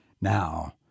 Now